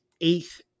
eighth